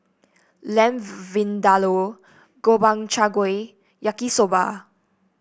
Lamb Vindaloo Gobchang Gui Yaki Soba